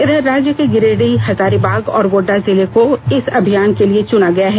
इधर राज्य के गिरिडीह हजारीबाग और गोड़ड़ा जिले को इस अभियान के लिए चुना गया है